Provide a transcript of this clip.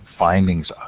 findings